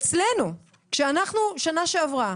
אצלנו כשאנחנו שנה שעברה,